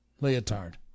Leotard